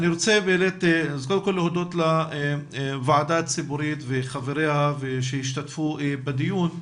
אני רוצה להודות לוועדה הציבורית ולחבריה שהשתתפו בדיון.